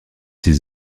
six